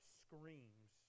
screams